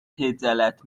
خجالت